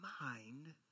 mind